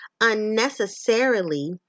unnecessarily